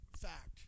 fact